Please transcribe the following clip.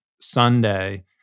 Sunday